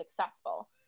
successful